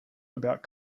about